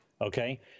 Okay